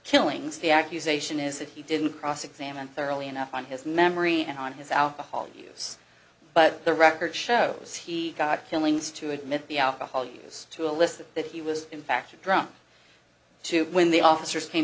killings the accusation is that he didn't cross examined thoroughly enough on his memory and on his alcohol use but the record shows he got killings to admit the alcohol use to illicit that he was in fact a drunk too when the officers came